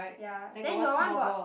ya then your one got